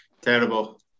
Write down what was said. Terrible